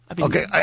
Okay